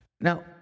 now